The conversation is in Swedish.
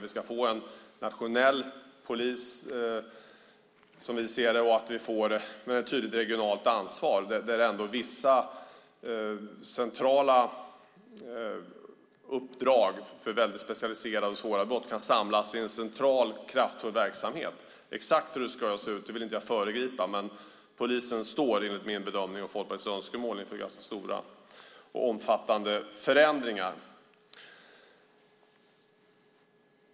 Vi ska få en nationell polis, som vi ser det, och det ska vara ett tydligt regionalt ansvar. Vissa centrala uppdrag för specialiserade och svåra brott ska kunna samlas i en central, kraftfull verksamhet. Exakt hur den ska se ut vill jag inte föregripa, men polisen står enligt min bedömning och Folkpartiets önskemål inför ganska stora och omfattande förändringar.